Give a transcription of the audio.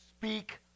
Speak